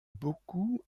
beaucoup